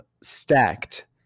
stacked